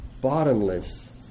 bottomless